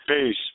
peace